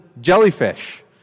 jellyfish